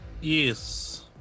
Yes